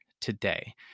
today